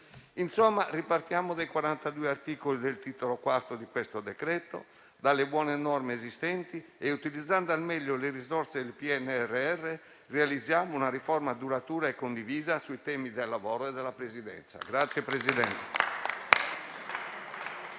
definitiva, ripartiamo dai 42 articoli del titolo IV del provvedimento, dalle buone norme esistenti e, utilizzando al meglio le risorse del PNRR, realizziamo una riforma duratura e condivisa sui temi del lavoro e della previdenza.